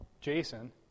Jason